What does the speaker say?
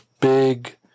big